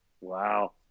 Wow